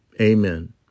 amen